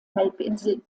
halbinsel